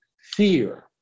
fear